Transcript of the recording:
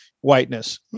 whiteness